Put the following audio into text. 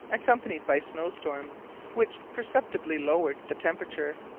accompanied by snow storms which perceptibly lowered the temperature.